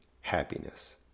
happiness